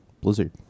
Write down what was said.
Blizzard